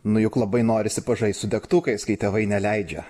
nu juk labai norisi pažaist su degtukais kai tėvai neleidžia